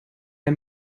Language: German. der